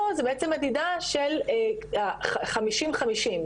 פה זה בעצם מדידה של ה- 50-50,